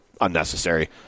unnecessary